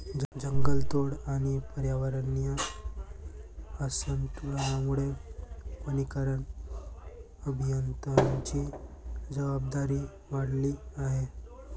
जंगलतोड आणि पर्यावरणीय असंतुलनामुळे वनीकरण अभियंत्यांची जबाबदारी वाढली आहे